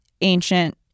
ancient